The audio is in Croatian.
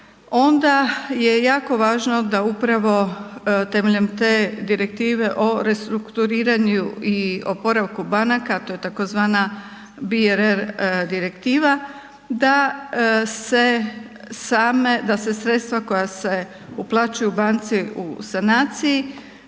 onda je jako važno da upravo temeljem te Direktive o restrukturiranju i oporavku banaka, a to je tzv. BRR direktiva, da se same, da se sredstva koja se uplaćuju banci u sanaciji,